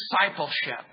discipleship